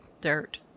dirt